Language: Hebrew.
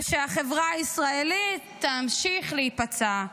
ושהחברה הישראלית תמשיך להיפצע.